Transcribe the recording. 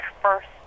first